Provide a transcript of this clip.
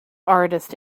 artist